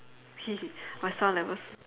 my sound levels